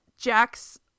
Jack's